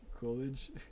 college